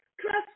trust